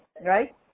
right